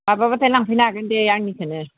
माबाबाथाय लांफैनो हागोन दे आंनिखौनो